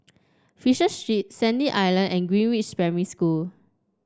Fisher Street Sandy Island and Greenridge Primary School